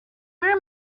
where